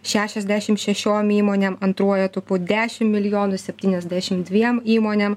šešiasdešimt šešiom įmonėm antruoju etapu dešimt milijonų septyniasdešimt dviem įmonėm